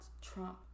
trump